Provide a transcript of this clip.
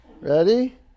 Ready